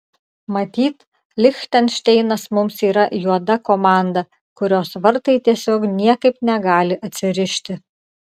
matyt lichtenšteinas mums yra juoda komanda kurios vartai tiesiog niekaip negali atsirišti